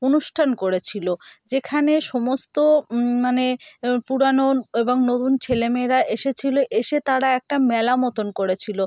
অনুষ্ঠান করেছিলো যেখানে সমস্ত মানে পুরানো এবং নতুন ছেলে মেয়েরা এসেছিলো এসে তারা একটা মেলা মতন করেছিলো